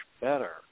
better